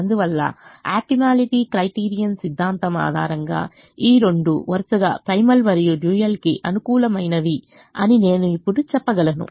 అందువల్ల optimality criterion సిద్ధాంతం ఆధారంగా ఈ రెండూ వరుసగా ప్రైమల్ మరియు డ్యూయల్కి అనుకూలమైనవి అని నేను ఇప్పుడు చెప్పగలను